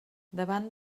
davant